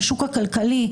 בשוק הכלכלי,